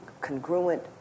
congruent